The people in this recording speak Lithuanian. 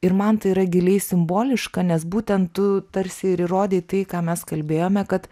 ir man tai yra giliai simboliška nes būtent tu tarsi ir įrodei tai ką mes kalbėjome kad